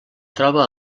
troba